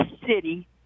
City